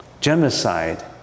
genocide